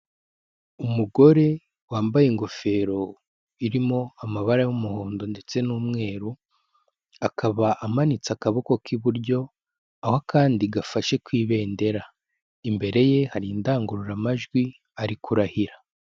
Umugore wambaye ingofero irimo amabara y'umuhondo ndetse n'umweru, akaba amanitse akaboko k'iburyo aho akandi gafashe ku ibendera. Imbere ye hari indangururamajwi ari kurahira.